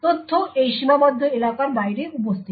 তথ্য এই সীমাবদ্ধ এলাকার বাইরে উপস্থিত